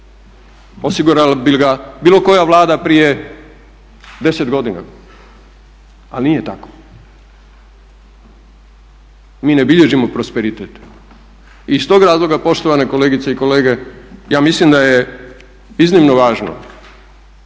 osigurala bi ga bilo koja Vlada prije 10 godina, a nije tako. Mi ne bilježimo prosperitet. Iz tog razloga poštovane kolegice i kolege, ja mislim da je iznimno važno